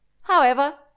However